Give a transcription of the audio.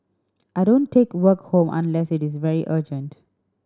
I don't take work home unless it is very urgent